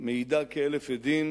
מעידות כאלף עדים